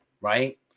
Right